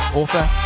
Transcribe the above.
author